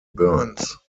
burns